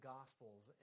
Gospels